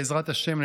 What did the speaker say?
בעזרת השם.